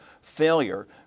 failure